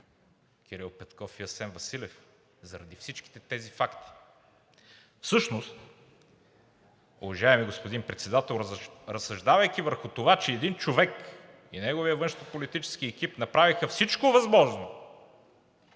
Кирил Петков и Асен Василев заради всичките тези факти. Всъщност, уважаеми господин Председател, разсъждавайки върху това, че един човек и неговият външнополитически екип направиха всичко възможно,